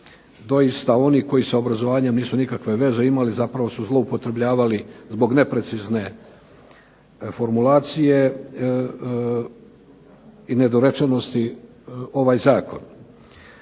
doista oni koji sa obrazovanjem nisu nikakve veze imali. Zapravo su zloupotrebljavali zbog neprecizne formulacije i nedorečenosti ovaj zakon.